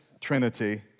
Trinity